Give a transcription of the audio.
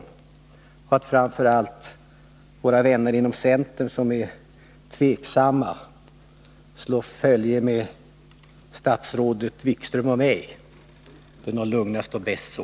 Jag hoppas framför allt att våra vänner inom centern som är tveksamma slår följe med statsrådet Wikström och mig. Det är nog lugnast och bäst så.